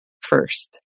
first